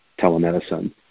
telemedicine